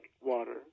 water